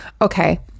Okay